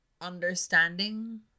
understanding